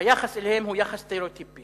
שהיחס אליהן הוא יחס סטריאוטיפי.